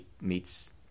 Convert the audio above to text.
Meets